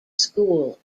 school